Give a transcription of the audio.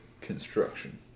construction